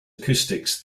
acoustics